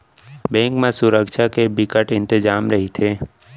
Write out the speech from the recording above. bank म सुरक्छा के बिकट इंतजाम रहिथे